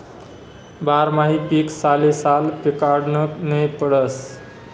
बारमाही पीक सालेसाल पिकाडनं नै पडस